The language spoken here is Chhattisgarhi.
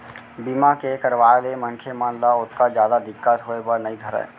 बीमा के करवाय ले मनखे मन ल ओतका जादा दिक्कत होय बर नइ धरय